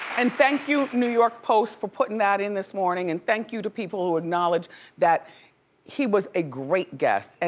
and thank you, new york post, for puttin' that in this morning and thank you to people who acknowledge that he was a great guest. and